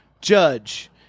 judge